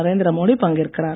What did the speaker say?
நரேந்திர மோடி பங்கேற்கிறார்